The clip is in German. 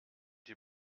die